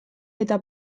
eta